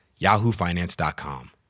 yahoofinance.com